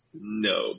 No